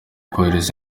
kohereza